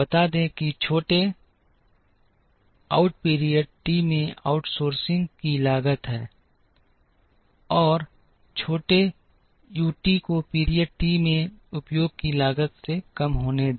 बता दें कि छोटे OUT पीरियड टी में आउटसोर्सिंग की लागत है और छोटे यू टी को पीरियड टी में उपयोग की लागत से कम होने दें